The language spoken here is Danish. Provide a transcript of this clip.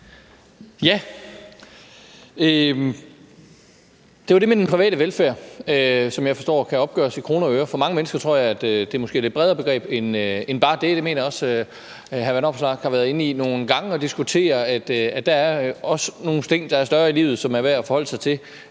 Det er om den private velfærd, som jeg forstår kan opgøres i kroner og øre. For mange mennesker tror jeg måske at det er et lidt bredere begreb end bare det. Jeg mener også, at hr. Alex Vanopslagh nogle gange har været inde at diskutere, at der er nogle ting, der er større i livet, som det er værd at forholde sig til,